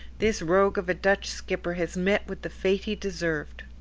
this rogue of a dutch skipper has met with the fate he deserved.